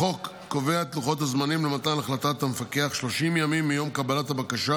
החוק קובע את לוחות הזמנים למתן החלטת המפקח: 30 ימים מיום קבלת הבקשה